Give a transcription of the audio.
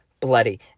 bloody